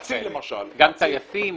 מציל למשל --- גם טייסים.